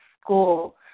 school